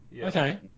Okay